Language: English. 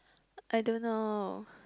I don't know